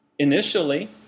Initially